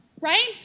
right